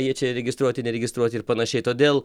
jie čia registruoti neregistruoti ir panašiai todėl